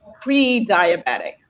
pre-diabetic